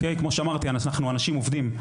כמו שאמרתי, אנחנו אנשים עובדים.